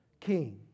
king